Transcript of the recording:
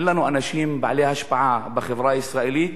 אין לנו אנשים בעלי השפעה בחברה הישראלית,